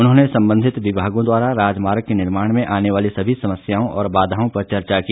उन्होंने संबंधित विभागों द्वारा राजमार्ग के निर्माण में आने वाली सभी समस्याओं और बाधाओं पर चर्चा की